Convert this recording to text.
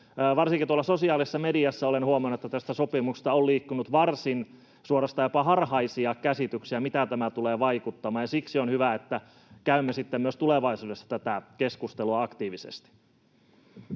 varsinkin tuolla sosiaalisessa mediassa olen huomannut, että tästä sopimuksesta on liikkunut varsin, suorastaan jopa harhaisia käsityksiä, miten tämä tulee vaikuttamaan, ja siksi on hyvä, että käymme sitten myös tulevaisuudessa tätä keskustelua aktiivisesti.